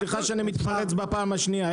אני היו"ר, סליחה שאני מתפרץ בפעם השנייה.